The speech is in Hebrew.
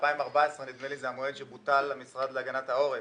נדמה לי שב-2014 בוטל המשרד להגנת העורף.